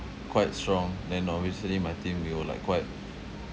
quite strong then obviously my team we were like quite